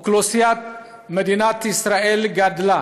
אוכלוסיית מדינת ישראל גדלה